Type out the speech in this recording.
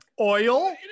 Oil